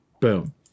Boom